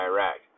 Iraq